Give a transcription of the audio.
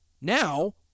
now